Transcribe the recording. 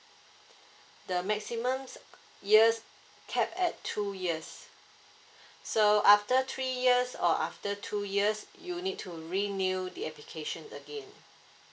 the maximums years so cap at two year so after three years or after two years you need to renew the application again